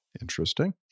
Interesting